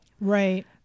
Right